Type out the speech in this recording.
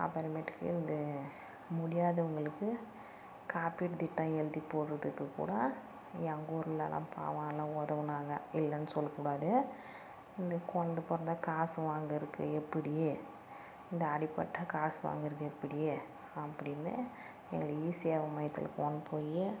அப்புறமேட்டுக்கு இது முடியாதவங்களுக்கு காப்பீடு திட்டம் எழுதி போடுறதிதுக்கு கூட எங்கள் ஊர்லெல்லாம் பாவம் எல்லாம் உதவுனாங்க இல்லைன்னு சொல்லக்கூடாது இந்த கொழந்த பிறந்தா காசு வாங்கிறக்கு எப்படி இந்த அடிப்பட்டால் காசு வாங்கிறது எப்படி அப்படினு எங்களை இ சேவை மையத்தில் கொண்டு போய்